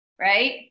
right